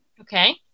Okay